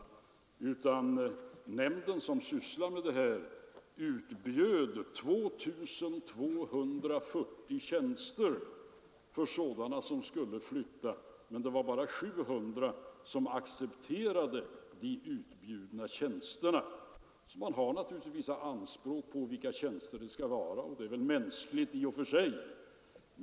Statens personalnämnd utbjöd 2 240 tjänster, men det var bara 700 personer som accepterade de utbjudna tjänsterna; man har naturligtvis vissa anspråk när det gäller tjänster, och det är väl mänskligt i och för sig.